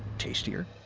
tastier?